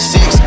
Six